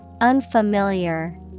Unfamiliar